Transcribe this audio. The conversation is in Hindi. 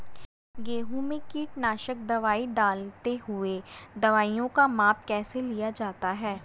गेहूँ में कीटनाशक दवाई डालते हुऐ दवाईयों का माप कैसे लिया जाता है?